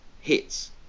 hits